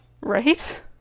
Right